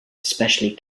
especially